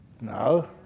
No